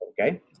okay